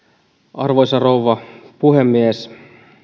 arvoisa rouva puhemies